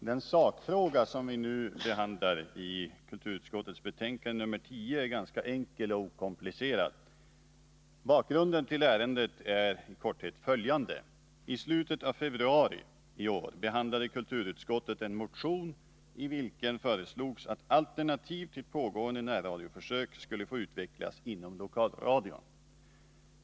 Herr talman! Den sakfråga i kulturutskottets betänkande nr 10 som vi nu behandlar är ganska enkel och okomplicerad. Bakgrunden till ärendet är i korthet följande. I slutet av februari i år behandlade kulturutskottet en motion i vilken föreslogs att alternativ till pågående närradioförsök skulle få utvecklas inom lokalradion.